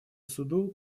суду